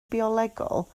biolegol